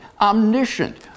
omniscient